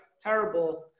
Terrible